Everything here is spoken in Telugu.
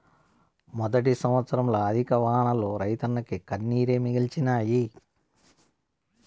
మొదటి సంవత్సరంల అధిక వానలు రైతన్నకు కన్నీరే మిగిల్చినాయి